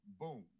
boom